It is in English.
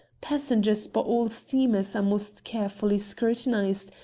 passengers by all steamers are most carefully scrutinised.